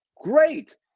Great